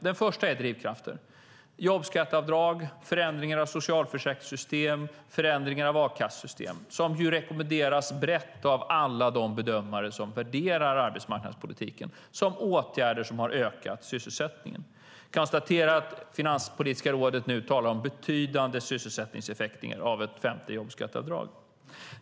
Den första är drivkrafter: jobbskatteavdrag, förändring av socialförsäkringssystem, förändring av a-kassesystem som ju rekommenderas brett av alla de bedömare som värderar arbetsmarknadspolitiken som åtgärder som har ökat sysselsättningen. Jag konstaterar att Finanspolitiska rådet nu talar om betydande sysselsättningseffekter av ett femte jobbskatteavdrag.